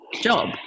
job